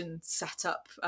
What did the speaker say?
Setup